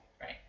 Right